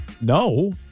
No